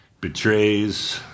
betrays